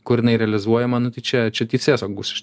kur jinai realizuojama nu tai čia čia teisėsaugos iš